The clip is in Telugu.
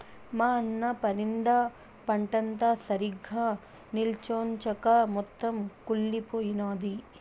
మా అన్న పరింద పంటంతా సరిగ్గా నిల్చొంచక మొత్తం కుళ్లిపోయినాది